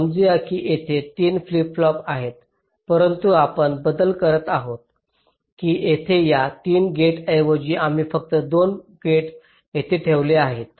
समजू की तेच 3 फ्लिप फ्लॉप आहेत परंतु आपण बदल करत आहोत की येथे या 3 गेटऐवजी आम्ही फक्त 2 फाटक येथे ठेवत आहोत